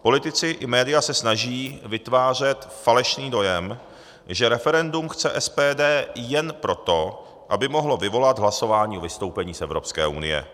Politici i média se snaží vytvářet falešný dojem, že referendum chce SPD jen proto, aby mohlo vyvolat hlasování o vystoupení z Evropské unie.